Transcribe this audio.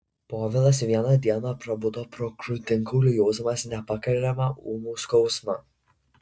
povilas vieną dieną prabudo po krūtinkauliu jausdamas nepakeliamą ūmų skausmą